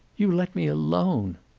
you let me alone.